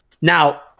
Now